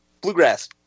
bluegrass